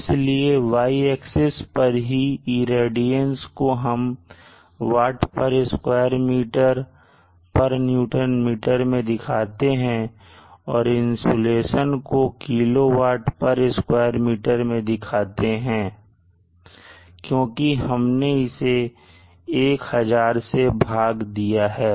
इसलिए Y axis पर ही रेडियंस को हम watt square metre newton metre में दिखाते हैं और इंसुलेशन को किलो वाट स्क्वायर मीटर में दिखाते हैं क्योंकि हमने इसे 1000 से भाग दिया है